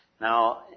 Now